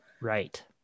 Right